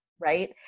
Right